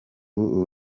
ubu